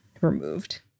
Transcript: removed